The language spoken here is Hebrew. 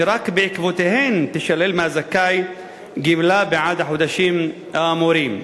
שרק בעקבותיהן תישלל מהזכאי גמלה בעד החודשים האמורים.